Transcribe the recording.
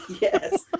yes